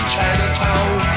Chinatown